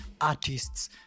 artists